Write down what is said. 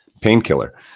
Painkiller